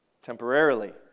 Temporarily